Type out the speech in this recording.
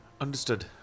Understood